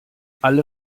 alle